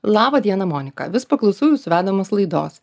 laba diena monika vis paklausau jūsų vedamos laidos